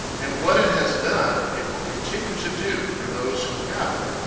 and what it has done, it will continue to do, for those who have it.